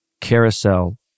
carousel